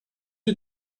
you